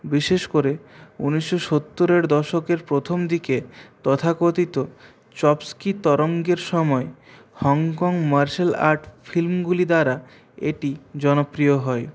বিশেষ করে উনিশশো সত্তরের দশকের প্রথম দিকে তথাকথিত চমস্কি তরঙ্গের সময় হংকং মার্শাল আর্ট ফিল্মগুলি দ্বারা এটি জনপ্রিয় হয়